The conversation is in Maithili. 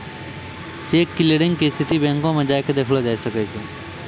चेक क्लियरिंग के स्थिति बैंको मे जाय के देखलो जाय सकै छै